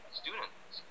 students